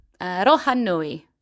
rohanui